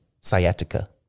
Sciatica